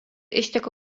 išteka